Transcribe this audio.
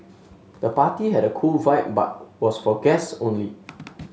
the party had a cool vibe but was for guests only